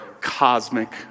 cosmic